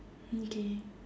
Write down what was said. okay